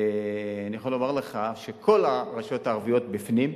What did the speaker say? ואני יכול לומר לך שכל הרשויות הערביות בפנים,